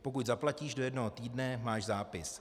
Pokud zaplatíš do jednoho týdne, máš zápis.